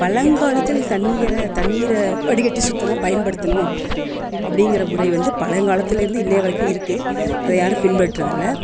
பழங்காலத்தில் தண்ணீரை தண்ணீரை வடிகட்டி சுத்தமாக பயன்படுத்தணும் அப்படிங்கிற முறை வந்து பழங்காலத்திலேருந்து இன்று வரைக்கும் இருக்குது அதை யாரும் பின்பற்றதில்லை